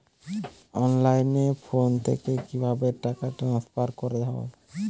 অনলাইনে ফোন থেকে কিভাবে টাকা ট্রান্সফার করা হয়?